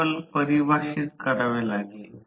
9 आणि 4 तास आहे कोणतेही भार नाही